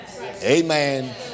Amen